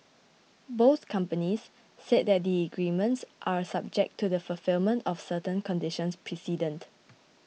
both companies said that the agreements are subject to the fulfilment of certain conditions precedent